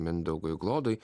mindaugui glodui